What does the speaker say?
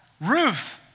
Ruth